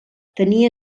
tenia